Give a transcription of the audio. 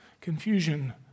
confusion